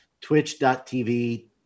twitch.tv